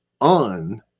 on